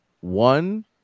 One